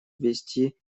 ввести